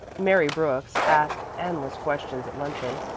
mary brooks asked endless questions at luncheon.